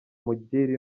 mungire